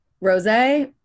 Rose